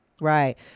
Right